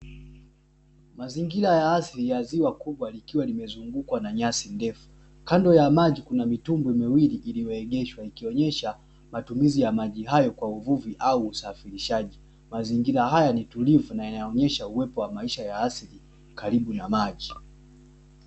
Mazingira ya asili ya ziwa kubwa likiwa zimezungukwa na nyasi ndefu. Kando ya maji kuna mitumbwi miwili iliyoengeshwa ikionesha matumizi ya maji hayo kwa uvuvi au usafirishaji. Mazingira hayo ni tulivu na yanaonesha uwepo wa maisha ya asili karibu na maji.